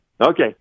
Okay